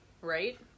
Right